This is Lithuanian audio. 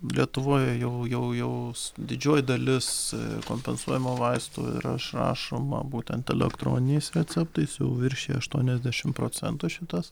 lietuvoje jau jau jaus didžioji dalis kompensuojamų vaistų yra išrašoma būtent elektroniniais receptais jau viršija aštuoniasdešim procentų šitas